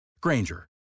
Granger